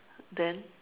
then